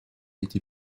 été